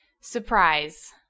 surprise